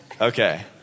Okay